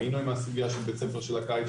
היינו עם הסוגייה של הבית ספר של הקיץ,